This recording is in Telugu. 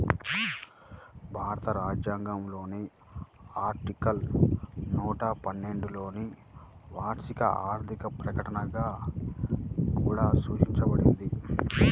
భారత రాజ్యాంగంలోని ఆర్టికల్ నూట పన్నెండులోవార్షిక ఆర్థిక ప్రకటనగా కూడా సూచించబడేది